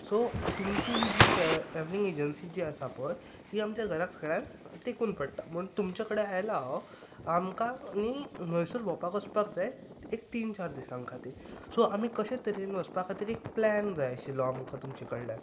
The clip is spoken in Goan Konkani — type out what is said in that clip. सो तुमची ही जी ट्रेवलिंग एजन्सी जी आसा पळय ही आमच्या घरा कडल्यान तेंकून पडटा म्हूण तुमचे कडेन आयला हांव आमकां न्ही म्हैसूर भोंवपाक वचपाक जाय एक तीन चार दिसांक खातीर सो आमी कशे तरेन वचपाक खातीर एक प्लॅन जाय आशिल्लो आमकां तुमचे कडल्यान